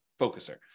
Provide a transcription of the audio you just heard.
focuser